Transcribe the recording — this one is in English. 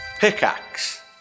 pickaxe